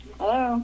Hello